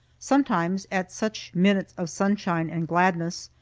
sometimes, at such minutes of sunshine and gladness,